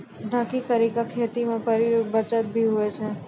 ढकी करी के खेती से पानी रो बचत भी हुवै छै